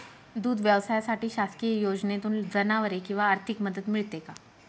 दूध व्यवसायासाठी शासकीय योजनेतून जनावरे किंवा आर्थिक मदत मिळते का?